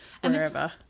wherever